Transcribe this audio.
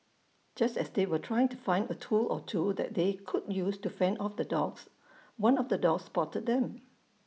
just as they were trying to find A tool or two that they could use to fend off the dogs one of the dogs spotted them